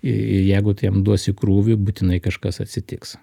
ir jeigu tu jam duosi krūvį būtinai kažkas atsitiks